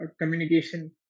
communication